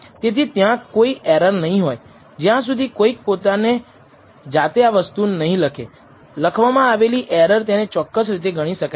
તેથી ત્યાં કોઈ એરર નહીં હોય જ્યાં સુધી કોઇક પોતાની જાતે આ વસ્તુ નહિ લખે લખવામાં આવેલી એરર તેને ચોક્કસ રીતે ગણી શકાય છે